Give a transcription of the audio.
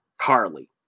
Carly